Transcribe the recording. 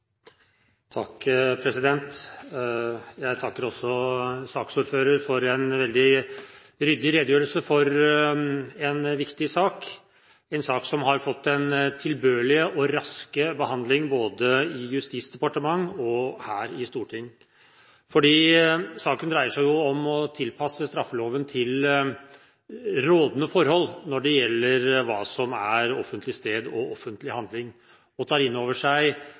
Jeg vil takke saksordføreren for en veldig ryddig redegjørelse om en viktig sak – en sak som har fått en tilbørlig og rask behandling både i Justisdepartementet og her i Stortinget. Saken dreier seg om å tilpasse straffeloven til rådende forhold når det gjelder hva som er offentlig sted og offentlig handling, og tar inn over seg